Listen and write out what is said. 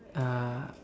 uh